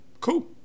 cool